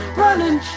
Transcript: running